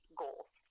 goals